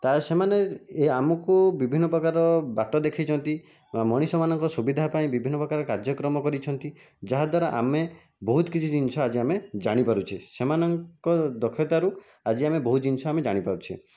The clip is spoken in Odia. ତ ସେମାନେ ଆମକୁ ବିଭିନ୍ନ ପ୍ରକାର ବାଟ ଦେଖାଇଛନ୍ତି ମଣିଷମାନଙ୍କ ସୁବିଧା ପାଇଁ ବିଭିନ୍ନ ପ୍ରକାର କାର୍ଯ୍ୟକ୍ରମ କରିଛନ୍ତି ଯାହାଦ୍ୱାରା ଆମେ ବହୁତ କିଛି ଜିନିଷ ଆଜି ଆମେ ଜାଣିପାରୁଛେ ସେମାନଙ୍କ ଦକ୍ଷତାରୁ ଆଜି ଆମେ ବହୁତ ଜିନିଷ ଜାଣିପାରୁଛେ